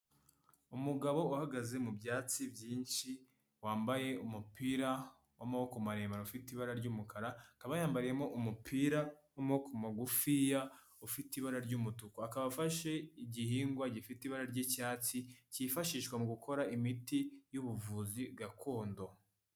Umugabo uhagaze mu byatsi byinshi, wambaye umupira w'amaboko maremare ufite ibara ry'umukara, akaba yambariyemo umupira w'amaboko magufiya, ufite ibara ry'umutuku, akaba afashe igihingwa gifite ibara ry'icyatsi, cyifashishwa mu gukora imiti y'ubuvuzi gakondo.